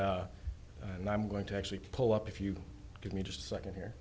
and i'm going to actually pull up if you give me just second here